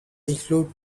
include